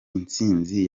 intsinzi